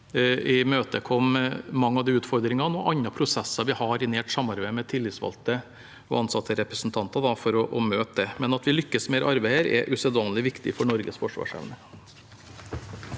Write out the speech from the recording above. å imøtekomme mange av de utfordringene og andre prosesser vi har i nært samarbeid med tillitsvalgte og ansattrepresentanter. At vi lykkes med dette arbeidet, er usedvanlig viktig for Norges forsvarsevne.